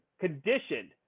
conditioned